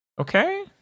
Okay